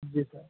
جی سر